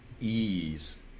ease